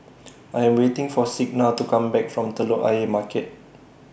I Am waiting For Signa to Come Back from Telok Ayer Market